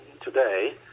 today